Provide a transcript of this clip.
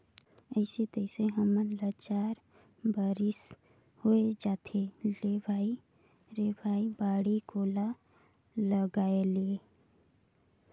अइसे तइसे हमन ल चार बरिस होए जाथे रे भई बाड़ी कोला लगायेले